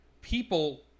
people